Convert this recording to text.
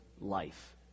life